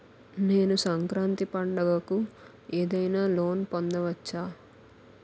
నేను సంక్రాంతి పండగ కు ఏదైనా లోన్ పొందవచ్చా?